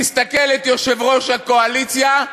תסתכל על יושב-ראש הקואליציה,